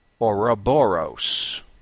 Ouroboros